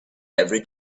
every